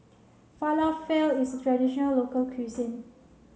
Falafel is a traditional local cuisine